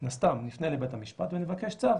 מן הסתם נפנה לבית המשפט ונבקש צו